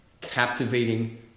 captivating